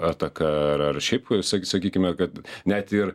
ataka ar ar šiaip sak sakykime kad net ir